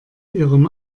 ihrem